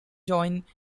joint